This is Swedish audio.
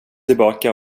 tillbaka